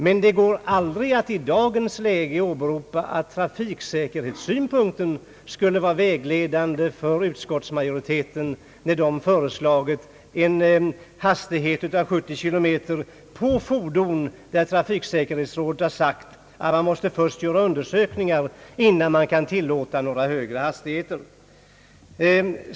Men det går aldrig att i dagens läge åberopa att trafiksäkerhetssynpunkten skulle vara vägledande för utskottsmajoriteten, när den föreslagit en hastighet av 70 kilometer i timmen, Trafiksäkerhetsrådet har ju sagt att man först måste göra undersökningar innan högre hastigheter kan tillåtas.